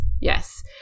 Yes